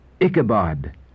Ichabod